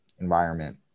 environment